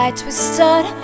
twisted